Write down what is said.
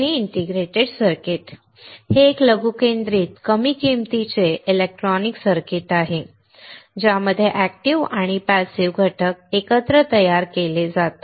integrated circuit हे एक लघुकेंद्रित कमी किमतीचे इलेक्ट्रॉनिक सर्किट आहे ज्यामध्ये एक्टिव आणि पॅसिव्ह घटक एकत्र तयार केले जातात